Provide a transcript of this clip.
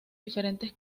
diferentes